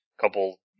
couple